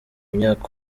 imyaka